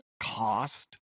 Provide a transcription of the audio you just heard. cost